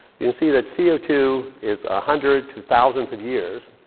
you can see that c o two is a hundred to thousands of years.